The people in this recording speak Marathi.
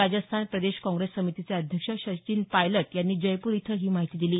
राजस्थान प्रदेश काँग्रेस समितीचे अध्यक्ष सचिन पायलट यांनी जयपूर इथं ही माहिती दिली